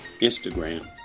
Instagram